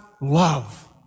love